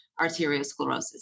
arteriosclerosis